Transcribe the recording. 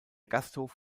gasthof